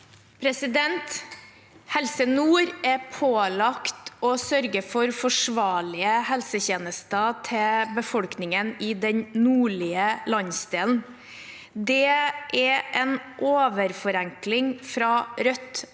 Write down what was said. Helse Nord er pålagt å sørge for forsvarlige helsetjenester til befolkningen i den nordlige landsdelen. Det er en overforenkling fra Rødt